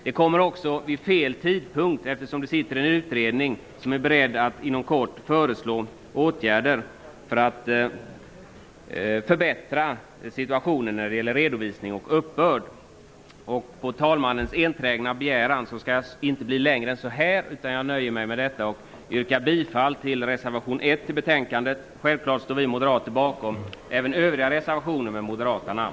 De kommer också vid fel tidpunkt, eftersom det finns en utredning som är beredd att inom kort föreslå åtgärder för att förbättra situationen när det gäller redovisning och uppbörd. På talmannens enträgna begäran skall jag inte tala längre än så här. Jag nöjer mig med detta och yrkar bifall till reservation 1 till betänkandet. Självfallet står vi moderater bakom även övriga reservationer med moderata namn.